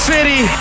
City